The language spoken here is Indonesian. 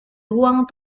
ruang